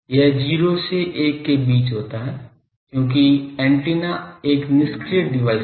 यह 0 से 1 के बीच होता है क्योंकि एंटीना एक निष्क्रिय डिवाइस है